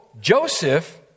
Joseph